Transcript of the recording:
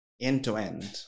end-to-end